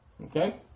Okay